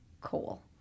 coal